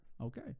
Okay